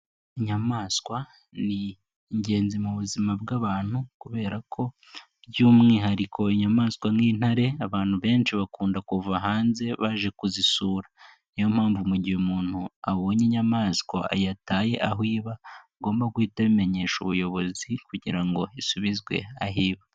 Inyamaswa ni ingenzi mu buzima bw'abantu kubera ko by'umwihariko inyamaswa nk'intare, abantu benshi bakunda kuva hanze baje kuzisura. Niyo mpamvu mu gihe umuntu abonye inyamaswa yataye aho iba agomba guhita abimenyesha ubuyobozi kugira ngo isubizwe aho iba.